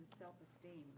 Self-esteem